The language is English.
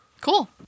Cool